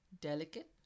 delicate